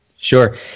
Sure